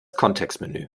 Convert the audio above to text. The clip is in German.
kontextmenü